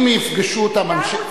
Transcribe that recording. אם יפגשו אותם אנשי,